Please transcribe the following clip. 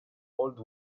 old